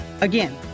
Again